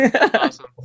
Awesome